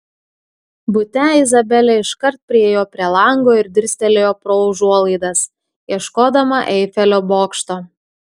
bute izabelė iškart priėjo prie lango ir dirstelėjo pro užuolaidas ieškodama eifelio bokšto